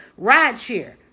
rideshare